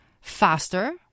faster